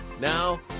Now